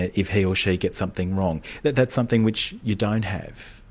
if he or she gets something wrong. that's something which you don't have,